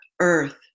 earth